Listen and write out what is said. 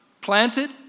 planted